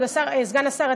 סגן השר,